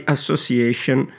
Association